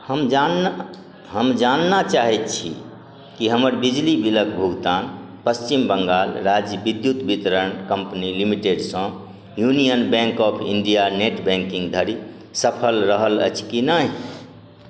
हम जान हम जानै चाहै छी कि हमर बिजली बिलके भुगतान पच्छिम बङ्गाल राज्य विद्युत वितरण कम्पनी लिमिटेडसँ union bank of India net बैँकिन्गधरि सफल रहल अछि कि नहि